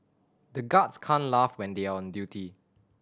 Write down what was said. the guards can't laugh when they are on duty